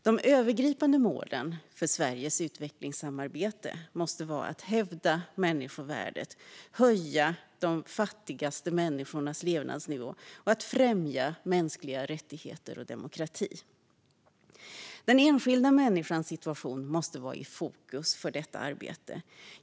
De övergripande målen för Sveriges utvecklingssamarbete måste vara att hävda människovärdet, höja de fattigaste människornas levnadsnivå och främja mänskliga rättigheter och demokrati. Den enskilda människans situation måste vara i fokus för detta arbete.